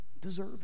deserve